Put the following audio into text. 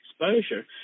exposure